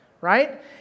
right